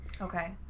Okay